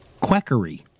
quackery